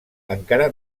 encara